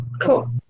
cool